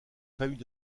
famille